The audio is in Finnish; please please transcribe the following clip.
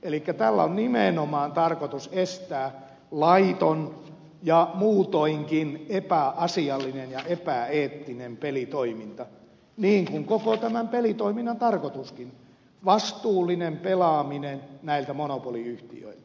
elikkä tällä on nimenomaan tarkoitus estää laiton ja muutoinkin epäasiallinen ja epäeettinen pelitoiminta niin kuin koko tämän pelitoiminnan tarkoituskin on vastuullinen pelaaminen näiltä monopoliyhtiöiltä